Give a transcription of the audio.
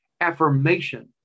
Affirmation